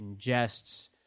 ingests